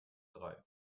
drei